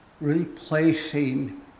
replacing